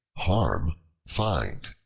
harm find.